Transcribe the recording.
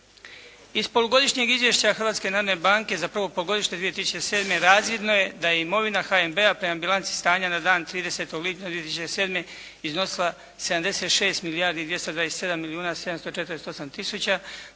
Iz polugodišnjeg izvješća Hrvatske narodne banke za prvo polugodište 2007. razvidno je da je imovina HNB-a prema bilanci stanja na dan 30. lipnja 2007. iznosila 76 milijardi i 227 milijuna 748 tisuća,